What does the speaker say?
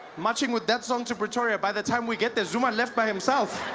marching with that song to pretoria by the time we get there zuma's left by him self.